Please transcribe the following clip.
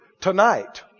tonight